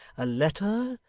a letter,